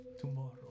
tomorrow